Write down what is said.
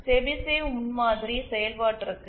Chebyshev முன்மாதிரி செயல்பாட்டிற்கு